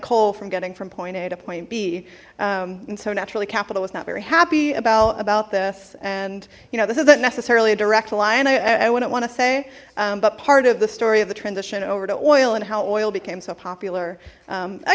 coal from getting from point a to point b and so naturally capital was not very happy about about this and you know this isn't necessarily a direct line i wouldn't want to say but part of the story of the transition over to oil and how oil became so popular